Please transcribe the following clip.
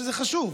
זה חשוב,